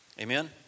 Amen